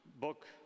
book